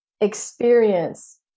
experience